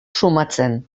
sumatzen